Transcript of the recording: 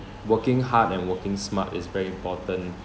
working hard and working smart is very important